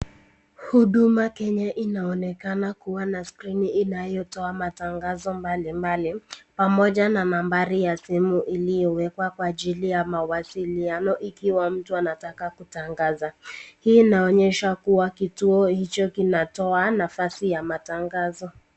Huduma Kenya inaonekana kua na [screen] inayotoa matangazo mbali mbali, pamoja na nambari ya simu iliyowekwa kwa ajili ya mawasiliano ikiwa mtu akiwa anataka kutangaza. Hii inaonyesha kua kituo hicho kinatoa nafasi ya matangazo.